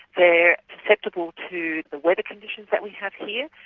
they're susceptible to the weather conditions that we have here,